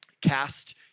Cast